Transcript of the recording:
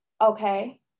okay